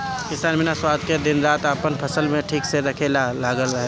किसान बिना स्वार्थ के दिन रात आपन फसल के ठीक से रखे ला लागल रहेला